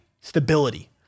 stability